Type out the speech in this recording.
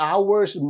Hours